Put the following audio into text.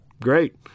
great